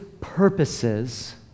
purposes